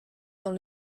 dans